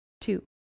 Two